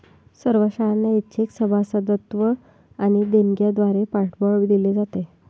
सर्व शाळांना ऐच्छिक सभासदत्व आणि देणग्यांद्वारे पाठबळ दिले जाते